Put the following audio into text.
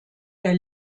der